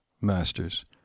Masters